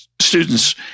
Students